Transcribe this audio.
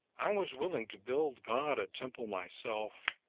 i was willing to build god a temple myself,